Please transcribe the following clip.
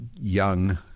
young